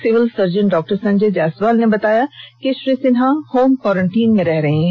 civil surgeon डॉ संजय जायसवाल ने बताया कि श्रीसिन्हा होम क्वारन्टीन में रह रहे हैं